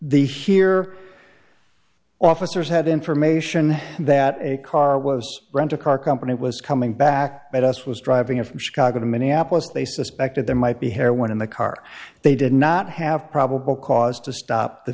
the here officers had information that a car was rental car company was coming back at us was driving from chicago to minneapolis they suspected there might be hair when in the car they did not have probable cause to stop the